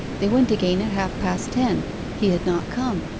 they went again at half-past ten he had not come.